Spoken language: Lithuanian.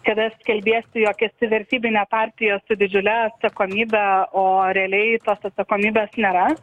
kada skelbiesi jog esi vertybinė partija su didžiule atsakomybe o realiai tos atsakomybės nėra